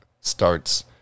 starts